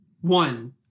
One